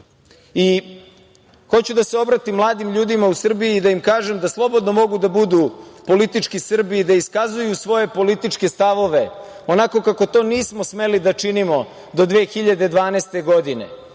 da se obratim mladim ljudima u Srbiji i da im kažem da slobodno mogu da budu politički Srbi i da iskazuju svoje političke stavove onako kako to nismo smeli da činimo do 2012. godine